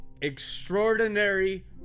extraordinary